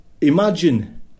imagine